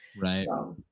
Right